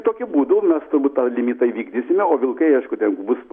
tokiu būdu mes turbūt tą limitą įvykdysime o vilkai aišku tegu bus